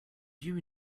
you